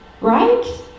Right